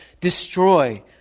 destroy